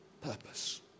purpose